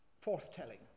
forth-telling